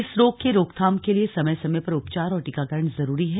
इस रोग के रोकथाम के लिए समय समय पर उपचार और टीकाकरण जरूरी है